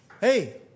Hey